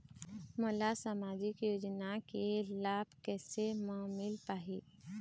मोला सामाजिक योजना के लाभ कैसे म मिल पाही?